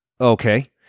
okay